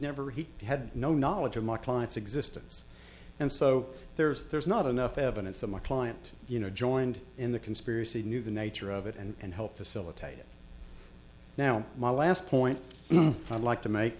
never he had no knowledge of my client's existence and so there's there's not enough evidence that my client you know joined in the conspiracy knew the nature of it and helped facilitate it now my last point i'd like to make